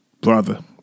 Brother